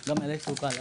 גם אלכס, הוא קל.